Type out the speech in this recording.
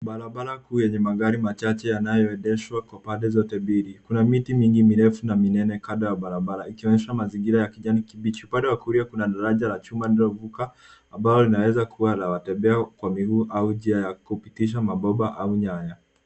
Barabara kuu yenye magari machache yanayoendeshwa kwa pande zote mbili. Kuna miti mingi mirefu na minene kando ya barabara, ikionyesha mazingira ya kijani kibichi. Upande wa kulia kuna daraja la chuma lililovuka, ambalo linaweza kuwa la watembea kwa miguu au njia kupitisha maboga au nyanya.